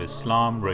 Islam